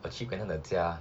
我去 brandon 的家